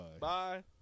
Bye